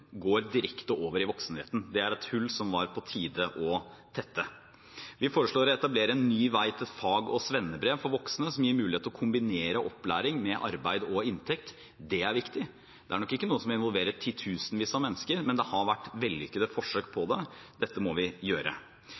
går direkte over i voksenretten. Det er et hull som det var på tide å tette. Vi foreslår å etablere en ny vei til fag- og svennebrev for voksne som gir mulighet til å kombinere opplæring med arbeid og inntekt – det er viktig. Det er nok ikke noe som involverer titusenvis av mennesker, men det har vært vellykkede forsøk på det, så dette må vi gjøre.